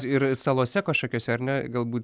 ir salose kažkokiose ar ne galbū